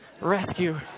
Rescue